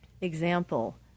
example